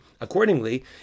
Accordingly